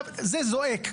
זה זועק,